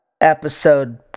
episode